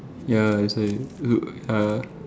ya that's why look err